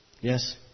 Yes